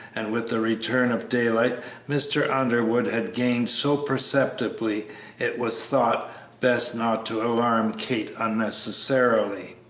and with the return of daylight mr. underwood had gained so perceptibly it was thought best not to alarm kate unnecessarily.